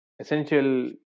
essential